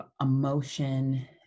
emotion